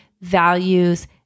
values